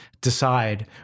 decide